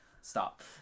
Stop